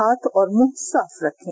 हाथ और मुंह साफ रखें